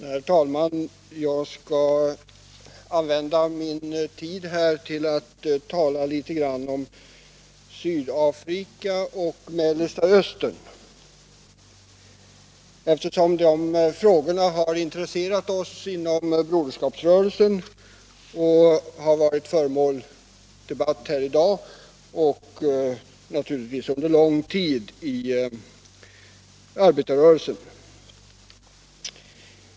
Herr talman! Jag skall använda min tid i debatten till att tala om Sydafrika och Mellersta Östern, eftersom de frågorna har intresserat oss inom Broderskapsrörelsen och har varit föremål för debatt här i dag — och naturligtvis under lång tid inom arbetarrörelsen.